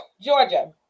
Georgia